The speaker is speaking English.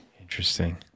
Interesting